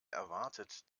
erwartet